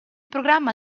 programma